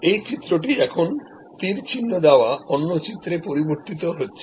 এই চিত্রটি এখন তীর চিহ্ন দেওয়া অন্যচিত্রে পরিবর্তিত হচ্ছে